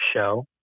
show